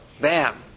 Bam